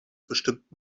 bestimmt